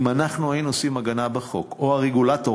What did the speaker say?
אם היינו עושים הגנה בחוק או אם הרגולטור